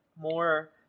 more